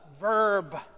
verb